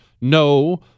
No